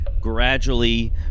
gradually